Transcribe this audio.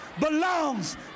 belongs